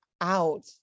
out